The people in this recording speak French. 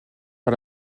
par